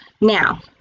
Now